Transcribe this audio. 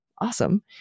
Awesome